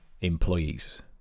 employees